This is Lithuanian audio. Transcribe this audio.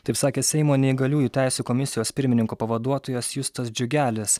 taip sakė seimo neįgaliųjų teisių komisijos pirmininko pavaduotojas justas džiugelis